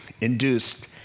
induced